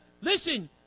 listen